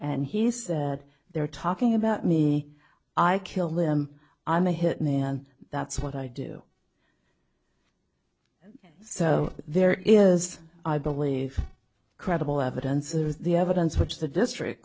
and he said they were talking about me i killed them i'm a hit man that's what i do so there is i believe credible evidence is the evidence which the district